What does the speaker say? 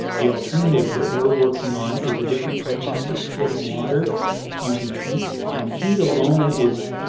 the alternative that we're working on is a different process of splitting water using heat. and heat alone is.